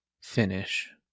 finish